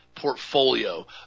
Portfolio